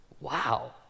Wow